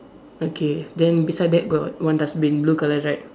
okay then beside that got one dustbin blue colour right